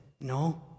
no